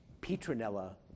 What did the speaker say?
Petronella